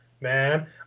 man